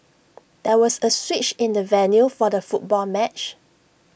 there was A switch in the venue for the football match